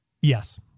Yes